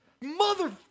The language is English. Mother